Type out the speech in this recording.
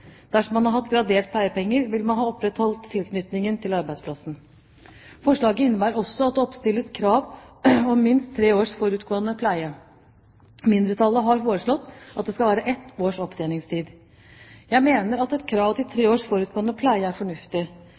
Dersom man har hatt graderte pleiepenger, vil man ha opprettholdt tilknytningen til arbeidsplassen. Forslaget innebærer også at det oppstilles krav om minst tre års forutgående pleie. Mindretallet har foreslått at det skal være ett års opptjeningstid. Jeg mener at et krav om tre års forutgående pleie er fornuftig.